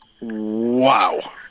Wow